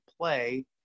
play